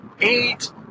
Eight